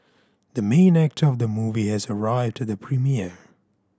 the main actor of the movie has arrived at the premiere